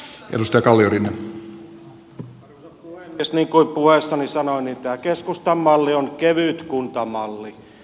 niin kuin puheessani sanoin tämä keskustan malli on kevytkuntamalli